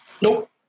Nope